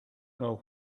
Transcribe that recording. know